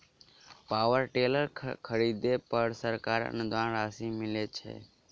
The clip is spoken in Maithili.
पावर टेलर खरीदे पर सरकारी अनुदान राशि मिलय छैय?